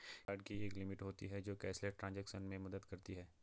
credit card की एक limit होती है जो कैशलेस ट्रांज़ैक्शन में मदद करती है